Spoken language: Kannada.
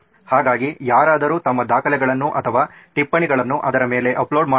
ಹಾಗಾಗಿ ಯಾರಾದರೂ ತಮ್ಮ ದಾಖಲೆಗಳನ್ನು ಅಥವಾ ಟಿಪ್ಪಣಿಗಳನ್ನು ಅದರ ಮೇಲೆ ಅಪ್ಲೋಡ್ ಮಾಡಬಹುದು